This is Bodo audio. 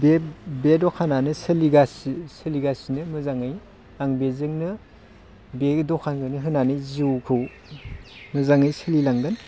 बे दखानानो सोलिगासिनो मोजाङै आं बेजोंनो बे दखानखौनो होनानै जिउखौ मोजाङै सोलिलांगोन